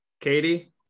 katie